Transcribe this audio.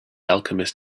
alchemist